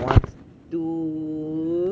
wants to